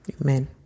Amen